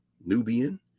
Nubian